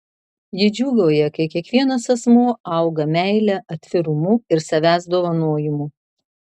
ji džiūgauja kai kiekvienas asmuo auga meile atvirumu ir savęs dovanojimu